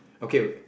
okay